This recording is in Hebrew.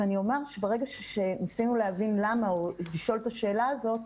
ואני אומר שברגע שניסינו להבין למה או לשאול את השאלה הזאת,